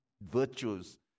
virtues